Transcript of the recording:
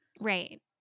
Right